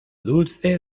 dulce